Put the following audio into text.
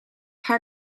haar